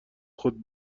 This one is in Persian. خود